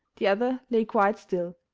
the other lay quite still.